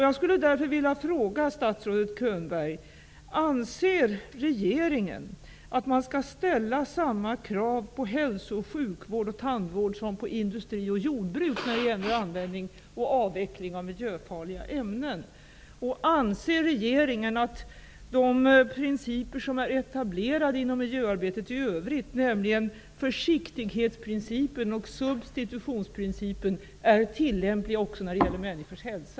Jag skulle därför vilja fråga statsrådet Könberg: Anser regeringen att man skall ställa samma krav på hälso och sjukvård och tandvård som på industri och jordbruk när det gäller användning och avveckling av miljöfarliga ämnen? Anser regeringen att de principer som är etablerade inom miljöarbetet i övrigt, nämligen försiktighetsprincipen och substitutionsprincipen, är tillämpliga också när det gäller människors hälsa?